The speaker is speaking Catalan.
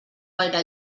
gaire